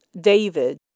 David